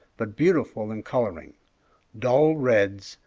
but beautiful in coloring dull reds,